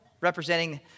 representing